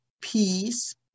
peace